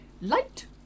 Light